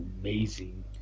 amazing